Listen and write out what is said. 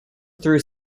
through